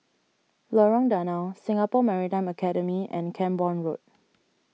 Lorong Danau Singapore Maritime Academy and Camborne Road